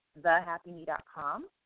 thehappyme.com